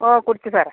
ഓ കുടിച്ചു സാറേ